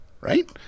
Right